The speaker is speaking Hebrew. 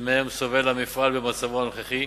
שמהן סובל המפעל במצבו הנוכחי,